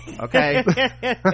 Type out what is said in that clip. okay